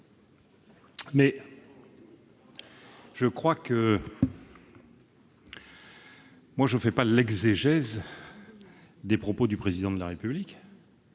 ... Moi, je ne fais pas l'exégèse des propos du Président de la République-